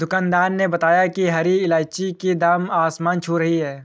दुकानदार ने बताया कि हरी इलायची की दाम आसमान छू रही है